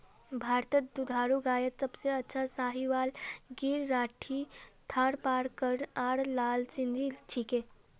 भारतत दुधारू गायत सबसे अच्छा साहीवाल गिर राठी थारपारकर आर लाल सिंधी छिके